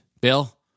Bill